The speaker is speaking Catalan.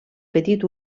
petit